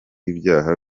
ibyaha